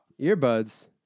Earbuds